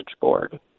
board